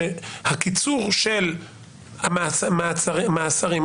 הקיצור של המאסרים,